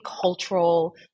cultural